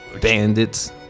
bandits